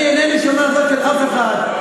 אני אינני שומר הסף של אף אחד.